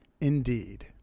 Indeed